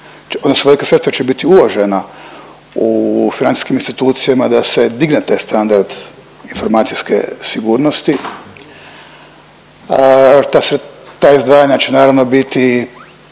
odnosno velika sredstva će biti uložena u financijskim institucijama da se digne taj standard informacijske sigurnosti, ta izdvajanja će naravno, biti